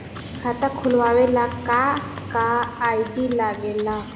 खाता खोलवावे ला का का आई.डी लागेला?